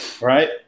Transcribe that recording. Right